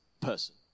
person